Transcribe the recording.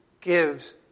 gives